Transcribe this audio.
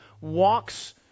walks